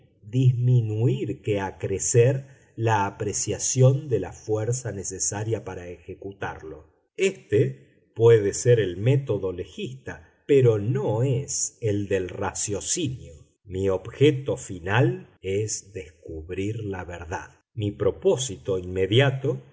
disminuir que acrecer la apreciación de la fuerza necesaria para ejecutarlo éste puede ser el método legista pero no es el del raciocinio mi objeto final es descubrir la verdad mi propósito inmediato